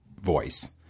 voice